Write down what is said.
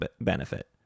benefit